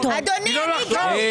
תני לו לחשוב.